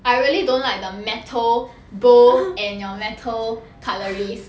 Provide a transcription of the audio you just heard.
I really don't like the metal bowl and your metal cutleries